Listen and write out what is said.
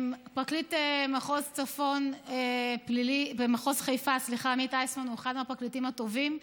פרקליט מחוז חיפה עמית איסמן הוא אחד מהפרקליטים הטובים.